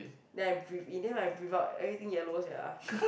then I breathe in then when I breathe out everything yellow sia